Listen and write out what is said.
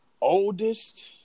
oldest